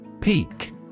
Peak